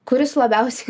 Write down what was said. kuris labiausiai